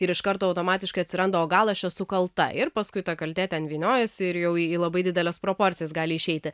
ir iš karto automatiškai atsiranda o gal aš esu kalta ir paskui ta kaltė ten vyniojasi ir jau į labai dideles proporcijas gali išeiti